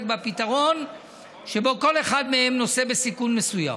בפתרון שבו כל אחד מהם נושא בסיכון מסוים.